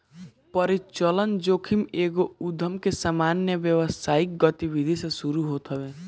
परिचलन जोखिम एगो उधम के सामान्य व्यावसायिक गतिविधि से शुरू होत हवे